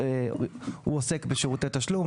הן עוסקות בשירותי תשלום,